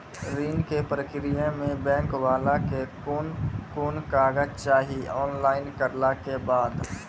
ऋण के प्रक्रिया मे बैंक वाला के कुन कुन कागज चाही, ऑनलाइन करला के बाद?